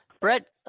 Brett